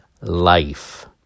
life